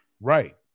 Right